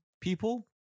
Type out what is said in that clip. People